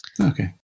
Okay